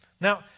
Now